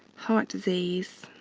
heart disease,